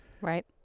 Right